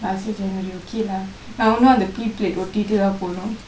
last year january okay lah நா இன்னொ அந்த:naa inno andtha P plate ஒட்டிட்டு தான் போனும்:ottittu thaan ponum